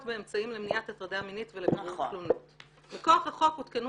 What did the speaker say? באמצעים למניעת הטרדה מינית ו- -- מכוח החוק הותקנו